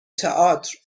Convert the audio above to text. تئاتر